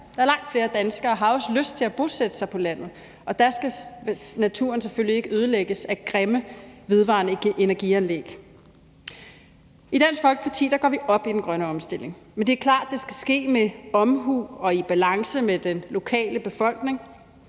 være, og langt flere danskere har også lyst til at bosætte sig på landet, og der skal naturen selvfølgelig ikke ødelægges af grimme vedvarende energianlæg. I Dansk Folkeparti går vi op i den grønne omstilling, men det er klart, at det skal ske med omhu og i balance med den lokale befolkning,